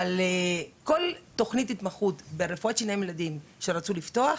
אבל כל תכנית התמחות ברפואת שיניים לילדים שרצו לפתוח,